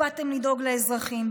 לא באתם לדאוג לאזרחים,